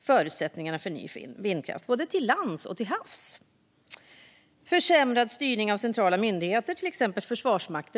förutsättningarna för ny vindkraft, både på land och till havs. Det handlar om försämrad styrning av centrala myndigheter, till exempel Försvarsmakten.